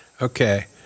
Okay